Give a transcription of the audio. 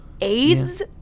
AIDS